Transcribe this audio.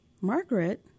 Margaret